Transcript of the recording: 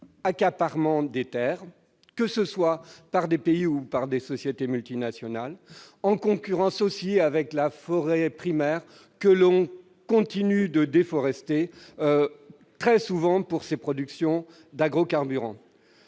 accaparement des terres, que ce soit par des pays ou par des sociétés multinationales. Ils sont aussi en concurrence avec la forêt primaire, que l'on continue de déforester très souvent pour ces productions.